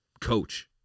coach